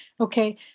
Okay